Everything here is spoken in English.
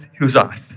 Huzath